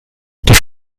die